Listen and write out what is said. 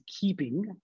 keeping